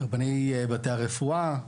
רבני בתי הרפואה,